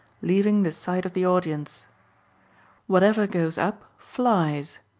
leaving the sight of the audience whatever goes up flies,